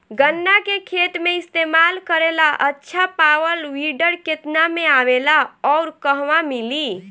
गन्ना के खेत में इस्तेमाल करेला अच्छा पावल वीडर केतना में आवेला अउर कहवा मिली?